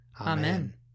Amen